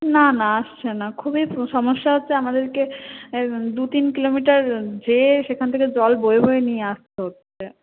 না না আসছে না খুবই সমস্যা হচ্ছে আমাদেরকে দু তিন কিলোমিটার গিয়ে সেখান থেকে জল বয়ে বয়ে নিয়ে আসতে হচ্ছে